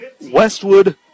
Westwood